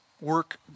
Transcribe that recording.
work